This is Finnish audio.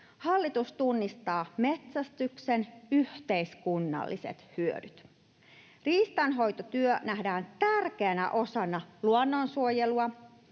Hallitus tunnistaa metsästyksen yhteiskunnalliset hyödyt. Riistanhoitotyö nähdään tärkeänä osana luonnonsuojelua,